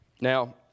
Now